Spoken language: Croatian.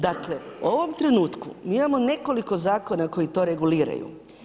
Dakle, u ovom trenutku, mi imamo nekoliko zakona koji to reguliraju.